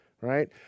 right